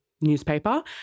newspaper